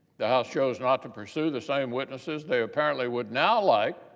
the house chose not to pursue the same witnesses they apparently would now like,